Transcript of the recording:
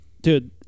dude